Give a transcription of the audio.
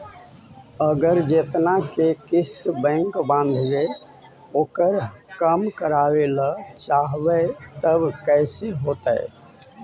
अगर जेतना के किस्त बैक बाँधबे ओकर कम करावे ल चाहबै तब कैसे होतै?